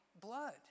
blood